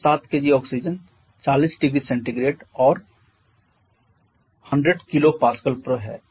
यह 7 kg oxygen 40 0C और 100 KPa पर है